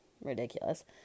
ridiculous